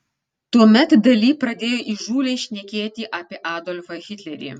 tuomet dali pradėjo įžūliai šnekėti apie adolfą hitlerį